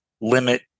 limit